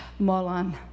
Molan